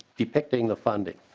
depicting the funding.